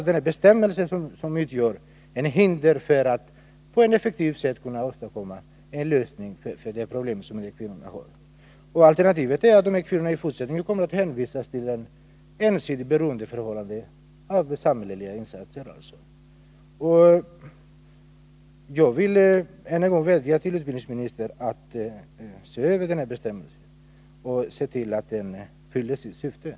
Denna bestämmelse utgör alltså ett hinder för att man på ett effektivt sätt skall kunna åstadkomma en lösning på dessa kvinnors problem. Alternativet är att dessa kvinnor i fortsättningen kommer att hänvisas till ett ensidigt beroendeförhållande till samhällets insatser. Jag vill än en gång vädja till utbildningsministern att se över denna bestämmelse och se till att den fyller sitt syfte.